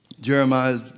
Jeremiah